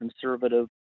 conservative